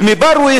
ומאל-בירווה,